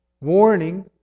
warning